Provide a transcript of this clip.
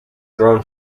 grown